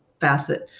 facet